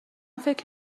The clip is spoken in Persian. فکر